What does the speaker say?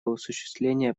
осуществления